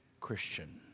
Christian